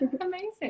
Amazing